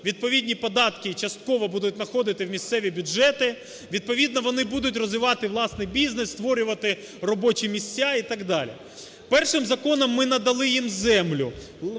відповідні податки частково будуть заходити в місцеві бюджети. Відповідно вони будуть розвивати власний бізнес, створювати робочі місця і так далі. Першим законом ми надали їм землю.